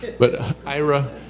but ira,